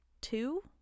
two